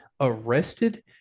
arrested